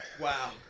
Wow